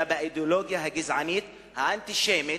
אלא באידיאולוגיה הגזענית האנטישמית,